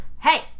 Hey